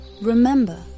Remember